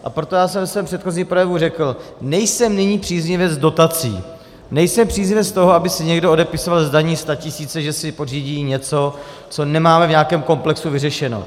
A proto já jsem ve svém předchozím projevu řekl: Nejsem nyní příznivec dotací, nejsem příznivec toho, aby si někdo odepisoval z daní statisíce, že si pořídí něco, co nemáme v nějakém komplexu vyřešeno.